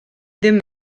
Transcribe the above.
ddim